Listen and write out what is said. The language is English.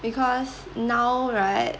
because now right